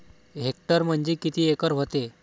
Hectare म्हणजे किती acre व्हते?